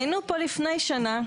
היינו פה לפני שנה,